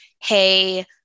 hey